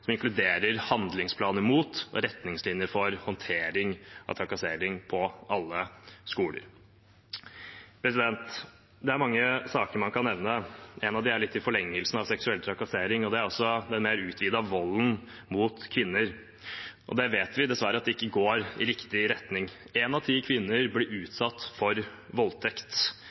som inkluderer handlingsplaner mot og retningslinjer for håndtering av trakassering på alle skoler. Det er mange saker man kan nevne. En av dem er litt i forlengelsen av seksuell trakassering, og det er den mer utvidede volden mot kvinner. Det vet vi dessverre ikke går i riktig retning. Én av ti kvinner blir utsatt for voldtekt.